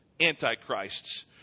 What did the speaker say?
antichrists